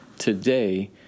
Today